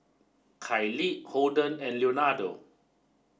Kailee Holden and Leonardo